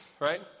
right